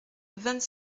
vingt